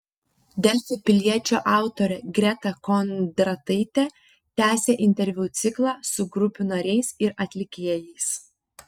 delfi piliečio autorė greta kondrataitė tęsia interviu ciklą su grupių nariais ir atlikėjais